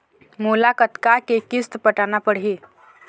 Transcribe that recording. मोला कतका के किस्त पटाना पड़ही?